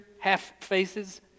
half-faces